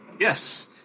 yes